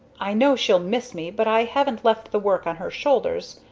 i know she'll miss me but i haven't left the work on her shoulders.